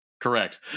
correct